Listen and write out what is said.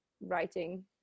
writing